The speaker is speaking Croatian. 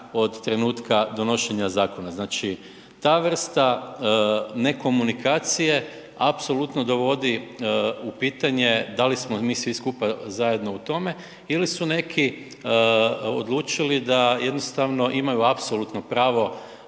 od trenutka donošenja zakona. Znači ta vrsta nekomunikacije apsolutno dovodi u pitanje da li smo i mi svi skupa zajedno u tome ili su neki odlučili da jednostavno imaju apsolutno pravo